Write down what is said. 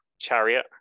chariot